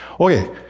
Okay